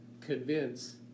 convince